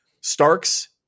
Starks